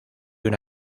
una